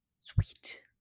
Sweet